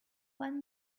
one